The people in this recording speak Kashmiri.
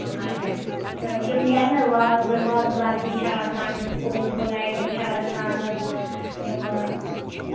اچھا تہٕ یِم نیرنہٕ وازٕ وازٕ وَردی چھِ آسان ڈِسپوزِبٕل آیٹَم چھِ آسان حظ یِم